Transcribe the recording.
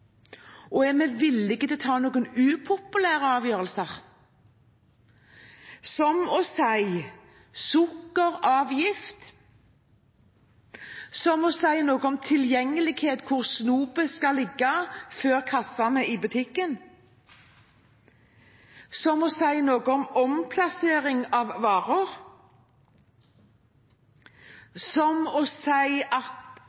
villige til å ta noen upopulære avgjørelser, som å si sukkeravgift, som å si noe om tilgjengelighet – om hvor snopet skal ligge, foran kassene i butikken? – som å si noe om omplassering av varer, som å si at